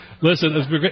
Listen